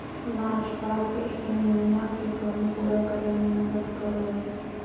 नाशपाती एनीमिया के कमी पूरा करै में मदद करो हइ